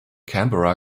canberra